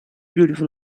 beautiful